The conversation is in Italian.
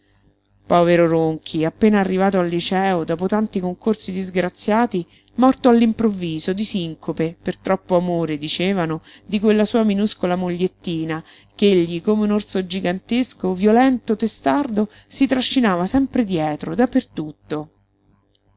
povero ronchi appena arrivato al liceo dopo tanti concorsi disgraziati morto all'improvviso di sincope per troppo amore dicevano di quella sua minuscola mogliettina ch'egli come un orso gigantesco violento testardo si trascinava sempre dietro